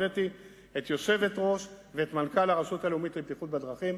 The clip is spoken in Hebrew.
הבאתי את היושבת-ראש ואת המנכ"ל של הרשות הלאומית לבטיחות בדרכים,